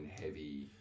heavy